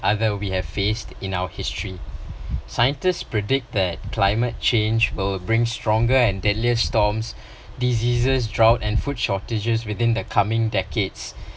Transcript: other we have faced in our history scientists predict that climate change will bring stronger and deadlier storms diseases drought and food shortages within the coming decades